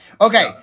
Okay